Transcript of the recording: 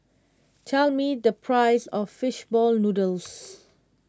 tell me the price of Fish Ball Noodles